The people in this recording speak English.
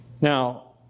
Now